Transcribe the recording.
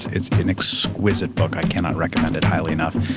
it's an exquisite book. i cannot recommend it highly enough.